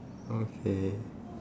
okay